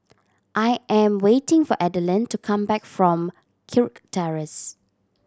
I am waiting for Adalyn to come back from Kirk Terrace